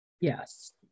Yes